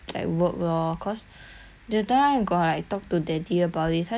that time I got like talk to daddy about this 他讲好像有放